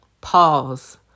pause